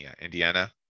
Indiana